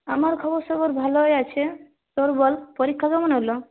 আমার খবরসবর ভালোই আছে তোর বল পরীক্ষা কেমন হল